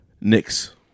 Knicks